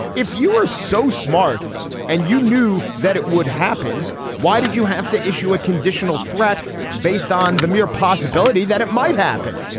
if you are so smart and you knew that it would happen why did you have to issue a conditional threat based on the mere possibility that it might happen.